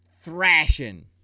Thrashing